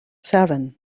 seven